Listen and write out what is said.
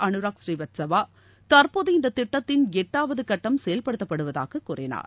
அனுராக் ஸ்ரீவத்சவா தற்போது இந்த திட்டத்தின் எட்டாவது கட்டம் செயல்படுத்தப்படுவதாக கூறினார்